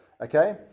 okay